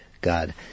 God